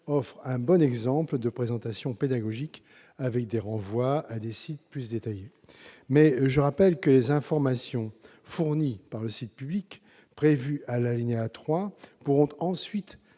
offre un bon exemple de présentation pédagogique, avec des renvois vers des sites plus détaillés. Je rappelle toutefois que les informations fournies par le site public et prévues à l'alinéa 3 pourront ensuite